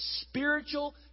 spiritual